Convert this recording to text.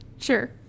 Sure